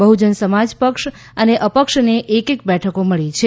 બહજન સમાજ પક્ષ અને અપક્ષને એક એક બેઠકો મળી છે